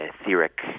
etheric